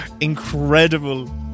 Incredible